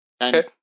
Okay